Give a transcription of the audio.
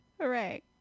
hooray